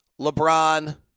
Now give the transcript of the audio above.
LeBron